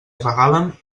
regalen